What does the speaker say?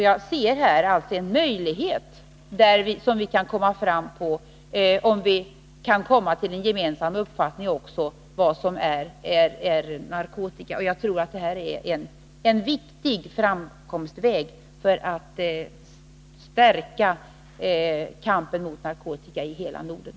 Jag ser här en möjlighet att nå resultat om vi kan komma till en gemensam uppfattning om vad som är att anse som narkotika. Jag tror att det är en viktig framkomstväg för att stärka kampen mot narkotika i hela Norden.